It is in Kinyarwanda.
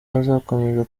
azakomeza